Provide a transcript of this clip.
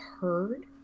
heard